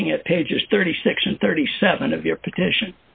looking at pages thirty six and thirty seven of your petition